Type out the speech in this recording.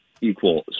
equal